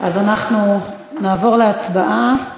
אנחנו נעבור להצבעה.